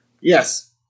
Yes